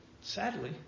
sadly